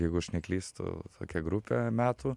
jeigu aš neklystu tokia grupė metų